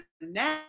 now